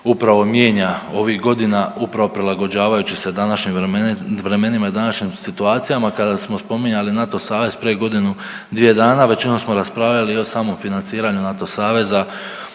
upravo mijenja ovih godina upravo prilagođavajući se današnjim vremenima i današnjim situacijama. Kada smo spominjali NATO savez prije godinu dvije dana većinom smo raspravljali o samom financiranju NATO saveza